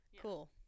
Cool